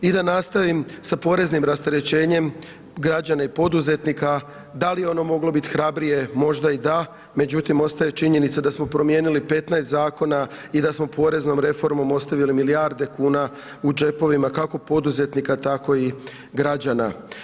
I da nastavim sa poreznim rasterećenjem građane poduzetnika, da li je ono moglo biti hrabrije, možda i da, međutim, ostaje činjenica da smo promijenili 15 zakona i da smo poreznom reformom ostavili milijarde kuna u džepovima kako poduzetnika tako i građana.